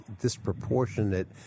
disproportionate